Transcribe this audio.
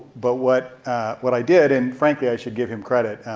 but what what i did and frankly i should give him credit.